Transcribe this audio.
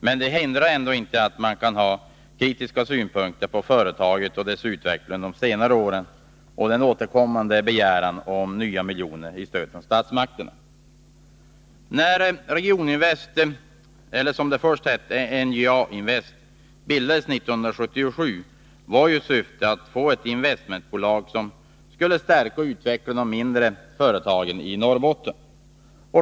Men ändå kan det finnas anledning att anlägga kritiska synpunkter på företaget och dess utveckling under senare år samt på företagets återkommande begäran om nya miljoner i stöd från statsmakterna. När Regioninvest — eller, som företaget först hette, NJA-Invest — bildades 1977, var syftet att få ett investmentbolag som skulle stärka och utveckla de mindre företagen i Norrbotten.